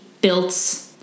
built